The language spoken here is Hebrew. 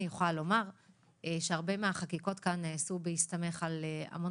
אני יכולה לומר שהרבה מהחקיקות כאן נעשו בהסתמך על המון